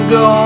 go